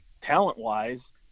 talent-wise